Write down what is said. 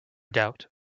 doubt